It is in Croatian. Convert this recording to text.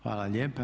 Hvala lijepa.